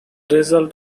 results